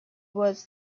was